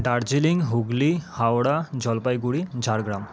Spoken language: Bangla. দার্জিলিং হুগলি হাওড়া জলপাইগুড়ি ঝাড়গ্রাম